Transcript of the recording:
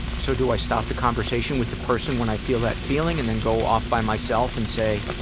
so do i stop the conversation with the person when i feel that feeling? and then go off by myself and say,